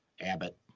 Abbott